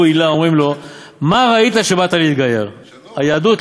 עילה אומרים לו: מה ראית שבאת להתגייר?" היהדות,